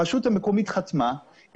הרשות המקומית חתמה,